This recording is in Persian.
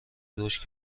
رشد